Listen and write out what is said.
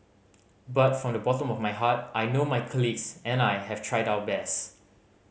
but from the bottom of my heart I know my colleagues and I have tried our best